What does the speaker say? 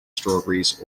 strawberries